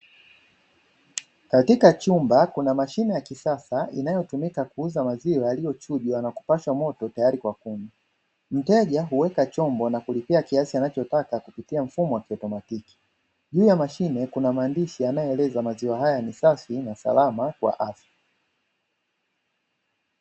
Katika chumba kuna mashine ya kisasa inayotumika kuuza maziwa yaliyochujwa na kupashwa moto tayari kwa kunywa. Mteja huweka chombo na kulipia kiasi anachotaka kupitia mfumo wa kiautomotiki. Juu ya mashine kuna maandishi yanayoeleza maziwa haya ni safi na salama kwa afya.